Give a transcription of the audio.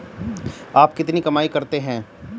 आप कितनी कमाई करते हैं?